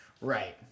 Right